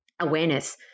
awareness